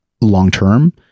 long-term